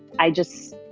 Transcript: i just.